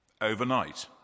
Overnight